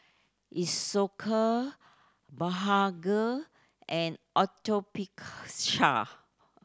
Isocal Blephagel and Atopiclair